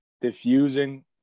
diffusing